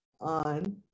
on